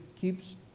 keeps